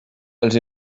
els